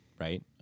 right